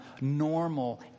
normal